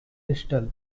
distal